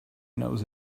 knows